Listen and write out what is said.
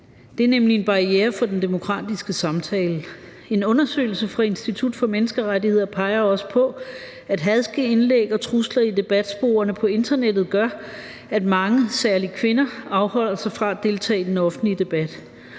Det er nemlig en barriere for den demokratiske samtale. En undersøgelse fra Institut for Menneskerettigheder peger også på, at hadske indlæg og trusler i debatsporene på internettet gør, at mange, særlig kvinder, afholder sig fra at deltage i den offentlige debat.